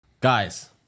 Guys